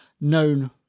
known